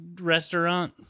restaurant